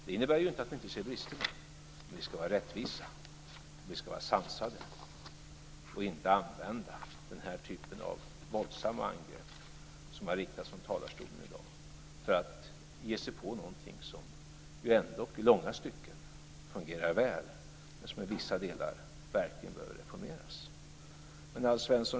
Det innebär inte att vi inte ser bristerna, men vi ska vara rättvisa och sansade och inte använda den typ av våldsamma angrepp som har riktats från talarstolen i dag för att ge oss på någonting som ändock i långa stycken fungerar väl, men som i vissa delar verkligen behöver reformeras.